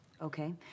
Okay